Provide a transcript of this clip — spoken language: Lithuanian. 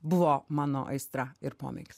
buvo mano aistra ir pomėgis